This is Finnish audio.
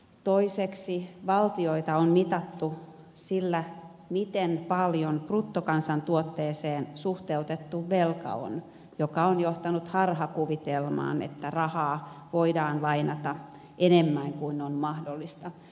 toiseksi valtioita on mitattu sillä miten paljon bruttokansantuotteeseen suhteutettu velka on mikä on johtanut harhakuvitelmaan että rahaa voidaan lainata enemmän kuin on mahdollista